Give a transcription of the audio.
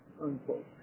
unquote